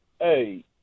Hey